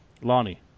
lonnie